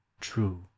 true